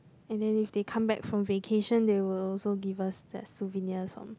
and then if they come back from vacation they will also give us like souvenirs from